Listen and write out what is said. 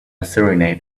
serenade